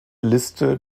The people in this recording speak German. liste